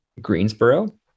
Greensboro